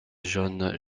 john